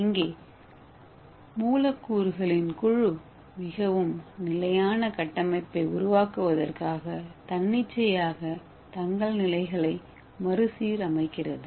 இங்கே மூலக்கூறுகளின் குழு மிகவும் நிலையான கட்டமைப்பை உருவாக்குவதற்காக தன்னிச்சையாக தங்கள் நிலைகளை மறு சீரமைக்கிறது